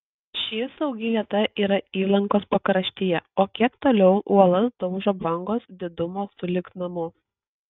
ši saugi vieta yra įlankos pakraštyje o kiek toliau uolas daužo bangos didumo sulig namu